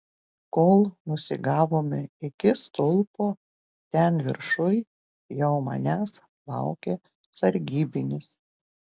kol nusigavome iki stulpo ten viršuj jau manęs laukė sargybinis